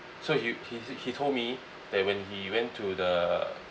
so he he he told me that when he went to the